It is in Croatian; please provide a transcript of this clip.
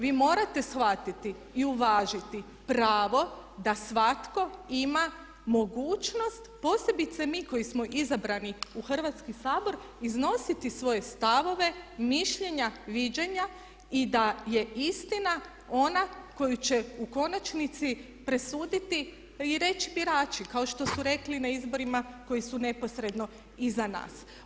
Vi morate shvatiti i uvažiti pravo da svatko ima mogućnost posebice mi koji smo izabrani u Hrvatski sabor iznositi svoje stavove, mišljenja, viđenja i da je istina ona koju će u konačnici presuditi i reći birači kao što su rekli i na izborima koji su neposredno iza nas.